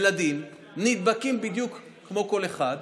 ילדים נדבקים בדיוק כמו כל אחד,